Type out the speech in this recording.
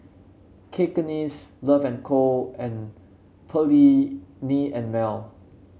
Cakenis Love and Co and Perllini and Mel